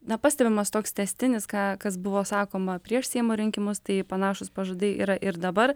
na pastebimas toks tęstinis ką kas buvo sakoma prieš seimo rinkimus tai panašūs pažadai yra ir dabar